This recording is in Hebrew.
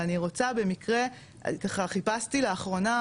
ואני רוצה במקרה ככה חיפשתי לאחרונה